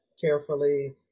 carefully